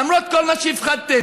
למרות כל מה שהפחדתם,